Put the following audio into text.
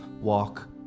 walk